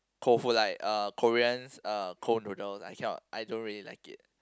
cold food like uh Korean's uh cold noodles I cannot I don't really like it